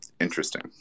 Interesting